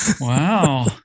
Wow